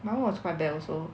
my [one] was quite bad also